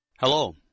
Hello